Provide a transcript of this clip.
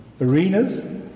arenas